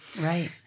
Right